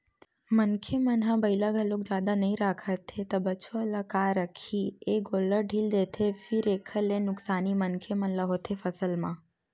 मनखे मन ह बइला घलोक जादा नइ राखत हे त बछवा ल का करही ए गोल्लर ढ़ील देथे फेर एखर ले नुकसानी मनखे मन ल होथे फसल म